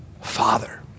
Father